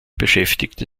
beschäftigte